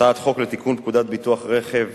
הצעת חוק לתיקון פקודת ביטוח רכב